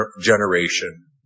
generation